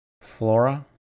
flora